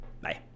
Bye